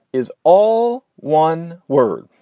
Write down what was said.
is all one word.